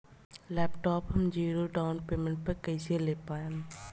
Laptop हम zero down payment पर कैसे ले पाएम?